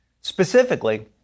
specifically